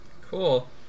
Cool